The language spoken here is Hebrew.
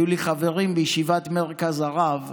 היו לי חברים בישיבת מרכז הרב,